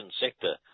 sector